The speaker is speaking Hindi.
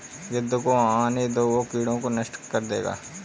गिद्ध को आने दो, वो कीड़ों को नष्ट कर देगा